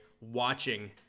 watching